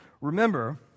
Remember